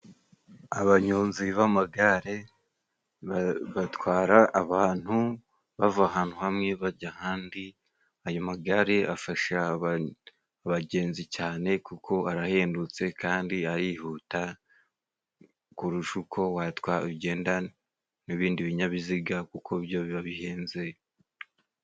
Abanyonzi b'amagare batwara abantu bava ahantu hamwe bajya ahandi. Ayo magare afasha abagenzi cyane kuko arahendutse kandi arihuta. Kurusha uko wa genda n'ibindi binyabiziga, kuko byo biba bihenze.